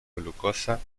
glucosa